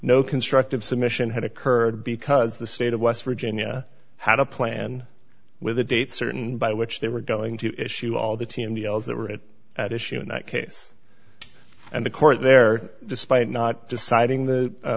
no constructive submission had occurred because the state of west virginia had a plan with a date certain by which they were going to issue all the team deals that were it at issue in that case and the court there despite not deciding the